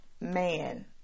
man